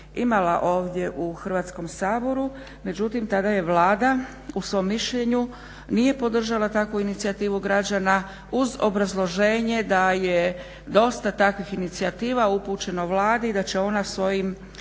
imala ovdje u Hrvatskom saboru, međutim tada je Vlada u svom mišljenju nije podržala takvu inicijativu građana uz obrazloženje da je dosta takvih inicijativa upućeno Vladi i da će ona svojim,